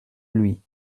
lui